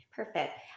Perfect